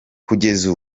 kugeza